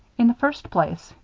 in the first place,